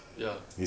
ya